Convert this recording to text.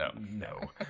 No